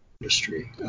industry